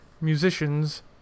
Musicians